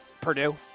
Purdue